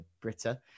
Britta